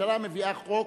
הממשלה מביאה חוק,